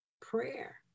prayer